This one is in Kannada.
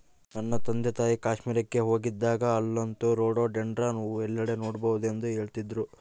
ನನ್ನ ತಂದೆತಾಯಿ ಕಾಶ್ಮೀರಕ್ಕೆ ಹೋಗಿದ್ದಾಗ ಅಲ್ಲಂತೂ ರೋಡೋಡೆಂಡ್ರಾನ್ ಹೂವು ಎಲ್ಲೆಡೆ ನೋಡಬಹುದೆಂದು ಹೇಳ್ತಿದ್ರು